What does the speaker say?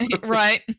Right